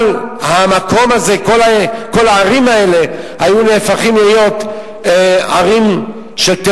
כל הערים האלה היו נהפכות להיות ערים של,